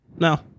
no